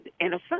innocent